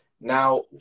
Now